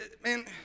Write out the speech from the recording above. Man